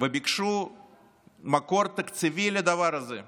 וביקשו מקור תקציבי לדבר הזה.